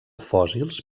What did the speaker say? fòssils